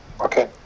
Okay